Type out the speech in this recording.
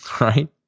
Right